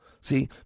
See